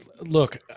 look